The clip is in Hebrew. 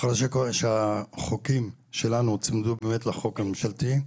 אחרי שהחוקים שלנו הוצמדו באמת לחוק הממשלתי,